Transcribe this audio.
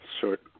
short